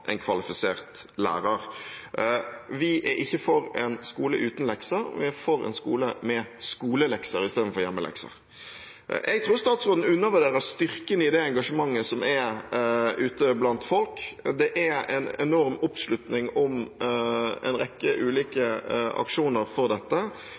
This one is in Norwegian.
en kvalifisert lærer. Vi er ikke for en skole uten lekser, vi er for en skole med skolelekser istedenfor hjemmelekser. Jeg tror statsråden undervurderer styrken i det engasjementet som er ute blant folk. Det er en enorm oppslutning om en rekke